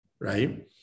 Right